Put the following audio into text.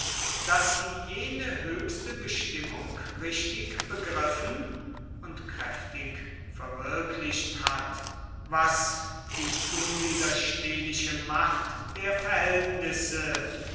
daß sie jene höchste bestimmung richtig begriffen und kräftig verwirklicht hat was die unwiderstehliche macht der verhältnisse